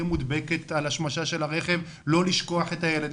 מודבקת על השמשה של הרכב לא לשכוח את הילד.